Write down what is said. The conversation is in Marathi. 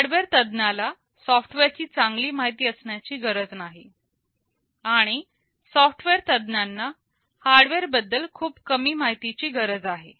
हार्डवेअर तज्ञाला सॉफ्टवेअरची चांगली माहिती असण्याची गरज नाही आणि सॉफ्टवेअर तज्ञांना हार्डवेअर बद्दल खूप कमी माहितीची गरज आहे